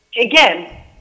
Again